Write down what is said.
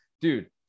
dude